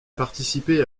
participé